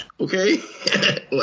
okay